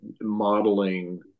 modeling